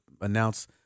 announce